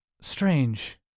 strange